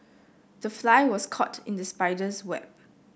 the fly was caught in the spider's web